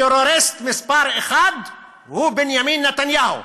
טרוריסט מספר אחת הוא בנימין נתניהו,